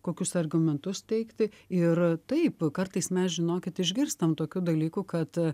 kokius argumentus teikti ir taip kartais mes žinokit išgirstam tokių dalykų kad